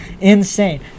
insane